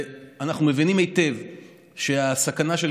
אנחנו מבינים היטב שהסכנה המרכזית של